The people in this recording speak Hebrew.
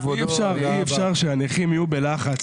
אי אפשר שהנכים יהיו בלחץ,